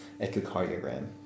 echocardiogram